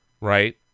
right